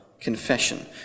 confession